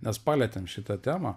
mes palietėm šitą temą